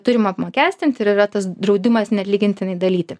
turim apmokestinti ir yra tas draudimas neatlygintinai dalyti